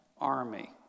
army